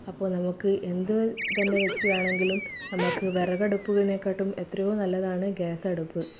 അപ്പോൾ നമുക്ക് എന്തുതന്നെ വെച്ച് വേണമെങ്കിലും നമുക്ക് വെറകടുപ്പിനെക്കാട്ടിലും എത്രയോ നല്ലതാണ് ഗ്യാസ് അടുപ്പ്